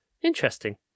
Interesting